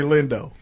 Lindo